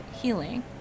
healing